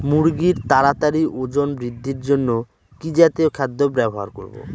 মুরগীর তাড়াতাড়ি ওজন বৃদ্ধির জন্য কি জাতীয় খাদ্য ব্যবহার করব?